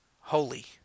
holy